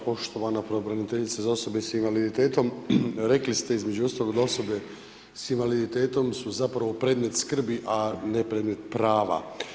Poštovana Pravobraniteljice za osobe s invaliditetom, rekli ste između ostaloga, da osobe s invaliditetom su zapravo predmet skrbi, a ne predmet prava.